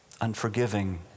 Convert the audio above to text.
unforgiving